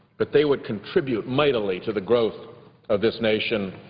but they would contribute mightily to the growth of this nation,